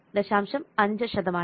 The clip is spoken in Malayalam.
5 ശതമാനം